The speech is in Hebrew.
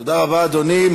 תודה רבה, אדוני.